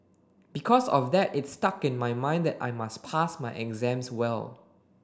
because of that it stuck in my mind and I must pass my exams well